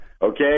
Okay